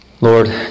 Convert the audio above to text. Lord